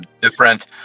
different